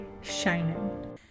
shining